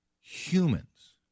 humans